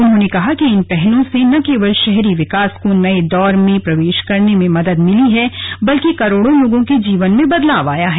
उन्होंने कहा कि इन पहलों से न केवल शहरी विकास के नए दौर में प्रवेश करने में मदद मिली है बल्कि करोड़ों लोगों के जीवन में बदलाव आया है